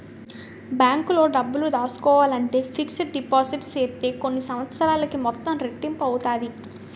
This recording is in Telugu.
బ్యాంకులో డబ్బులు దాసుకోవాలంటే ఫిక్స్డ్ డిపాజిట్ సేత్తే కొన్ని సంవత్సరాలకి మొత్తం రెట్టింపు అవుతాది